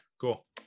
Cool